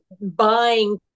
buying